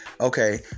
Okay